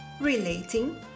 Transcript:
relating